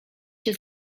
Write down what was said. się